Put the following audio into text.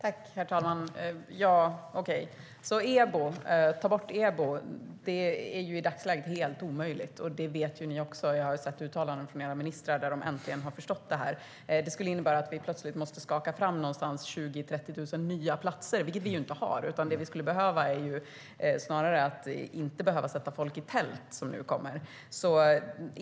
Herr talman! Att ta bort EBO är i dagsläget helt omöjligt, och det vet ni också. Jag har sett uttalanden från era ministrar där de äntligen har förstått det. Det skulle ju innebära att vi plötsligt måste skaka fram 20 000-30 000 nya platser, vilket vi inte har. Vad vi skulle behöva är snarare att inte behöva sätta folk i tält, vilket nu kommer.